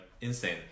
insane